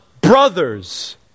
brothers